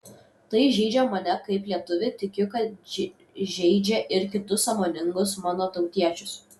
tai žeidžia mane kaip lietuvį tikiu kad žeidžia ir kitus sąmoningus mano tautiečius